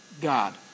God